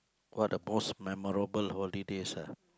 what are the most memorable holidays ah